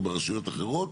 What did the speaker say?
או ברשויות אחרות,